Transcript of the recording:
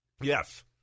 Yes